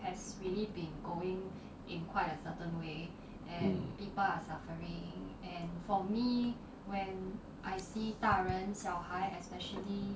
mm